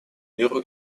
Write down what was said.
миру